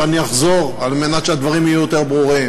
ואני אחזור על מנת שהדברים יהיו יותר ברורים